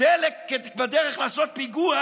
דלק בדרך לעשות פיגוע,